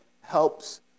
helps